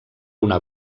una